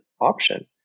option